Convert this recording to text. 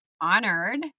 honored